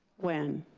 when?